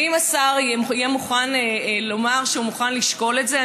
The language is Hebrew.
ואם השר יהיה מוכן לומר שהוא מוכן לשקול את זה,